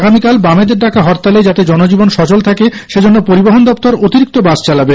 আগামীকাল বামেদের ডাকা হরতালে যাতে জনজীবন সচল থাকে সেজন্য পরিবহণ দফতর অতিরিক্ত বাস চালাবে